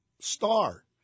star